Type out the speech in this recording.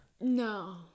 No